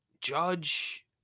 judge